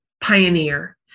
pioneer